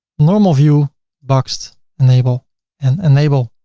normal view boxed enable and enable.